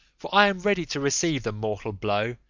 for i am ready to receive the mortal blow,